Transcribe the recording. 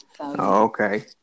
Okay